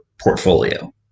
portfolio